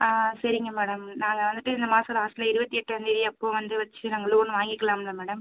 ஆ சரிங்க மேடம் நாங்கள் வந்துவிட்டு இந்த மாதம் லாஸ்ட்டில் இருபத்தி எட்டாம்தேதி அப்போ வந்து வச்சு நாங்கள் லோன் வாங்கிக்குலாம்ல மேடம்